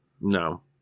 No